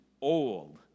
old